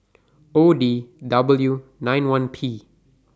O D W nine one P